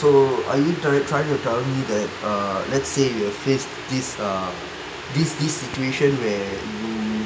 so are you tryi~ try to tell me that err let's say you've faced this err this this situation where you